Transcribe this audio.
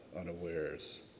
unawares